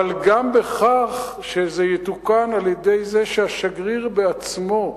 אבל גם בכך שזה יתוקן על-ידי זה שהשגריר בעצמו,